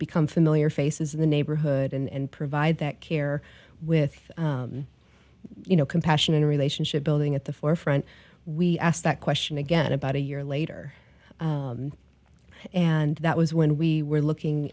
become familiar faces in the neighborhood and provide that care with you know compassion and relationship building at the forefront we asked that question again about a year later and that was when we were looking